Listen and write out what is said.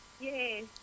yes